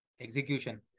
Execution